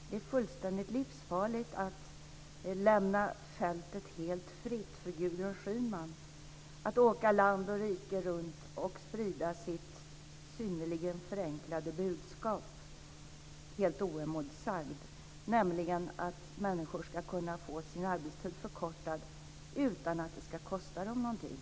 Det är fullständigt livsfarligt att lämna fältet helt fritt för Gudrun Schyman att åka land och rike runt och sprida sitt synnerligen förenklade budskap helt oemotsagd, nämligen att människor ska kunna få sin arbetstid förkortad utan att det ska kosta dem någonting.